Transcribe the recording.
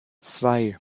zwei